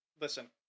Listen